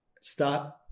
Start